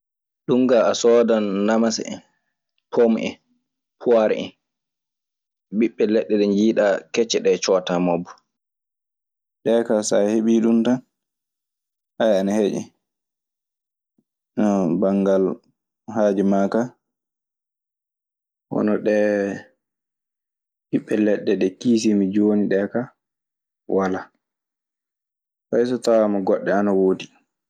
Ɗum kaa a soodan namasa, e, pome en, puware en ɓiɓɓe leɗɗe ɗe njiiɗɗaa kecce ɗe; cootaa moobo. Ɗee kaa so a heɓii ɗun tan, haya, ana heƴe. No banngal haaju maa kaa. Hono ɗee ɓiɓɓe leɗɗe ɗe kiisiimi jooni ɗee ka walaa. Fay so tawaama goɗɗe ana woodi.